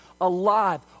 alive